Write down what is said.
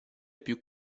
più